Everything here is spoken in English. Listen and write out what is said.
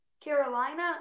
Carolina